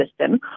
system